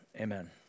Amen